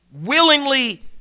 willingly